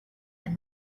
and